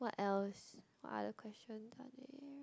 what else what other questions are there